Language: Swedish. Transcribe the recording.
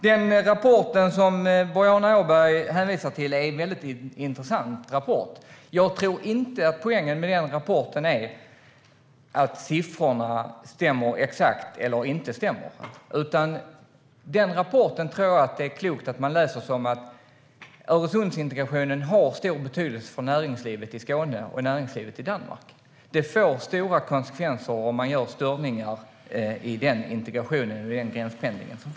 Den rapport som Boriana Åberg hänvisar till är väldigt intressant. Jag tror inte att poängen med den rapporten är om siffrorna stämmer exakt eller inte, utan jag tror att det är klokt att man läser den rapporten som att Öresundsintegrationen har stor betydelse för näringslivet i Skåne och näringslivet i Danmark. Det får stora konsekvenser om man gör störningar i den integrationen och i den gränspendling som sker.